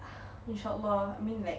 mashallah I mean like